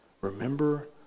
remember